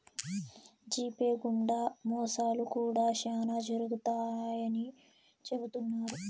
GPay గుండా మోసాలు కూడా శ్యానా జరుగుతాయని చెబుతున్నారు